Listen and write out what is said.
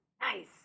Nice